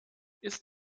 ist